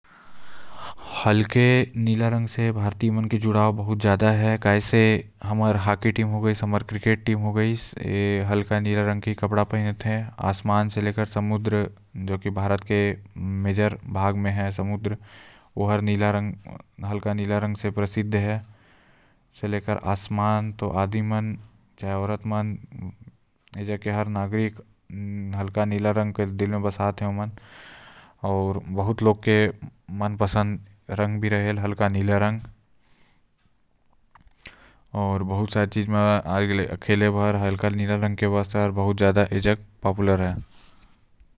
हल्का नीला रंग के हमर देश से जुड़ाव बहुत ज्यादा है काबर की हमर क्रिकेट के भी रंग नीला रहीस आऊ साथ ही हमर हॉकी टीम के कलर भी नीला रहते। आऊ साथ म क्रिकेट टीम के भी बहुत हल्का नीला रहते आऊ आसमान के रंग भी नीला रहते।